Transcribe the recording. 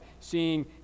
seeing